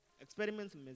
Experiments